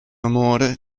amore